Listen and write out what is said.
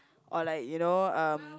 or like you know um